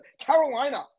Carolina